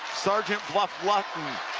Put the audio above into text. sergeant bluff-luton,